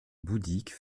bouddhiques